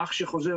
האח שחוזר.